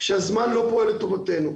הזמן לא פועל לטובתנו.